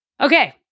Okay